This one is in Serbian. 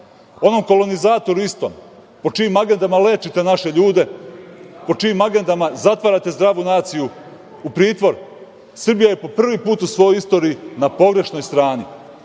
istom kolonizatoru po čijim agendama lečite naše ljude, po čijem agendama zatvarate zdravu naciju u pritvor. Srbija je po prvi put u svojoj istoriji na pogrešnoj strani. Nadam